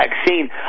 vaccine